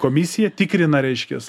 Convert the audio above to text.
komisija tikrina reiškias